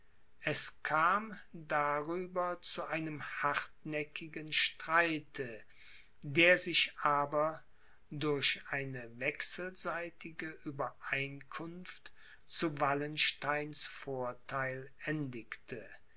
es kam darüber zu einem hartnäckigen streite der sich aber durch eine wechselseitige uebereinkunft zu wallensteins vortheil